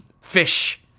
fish